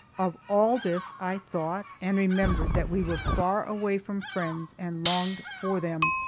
of all this i thought, and remembered that we were far away from friends, and longed for them,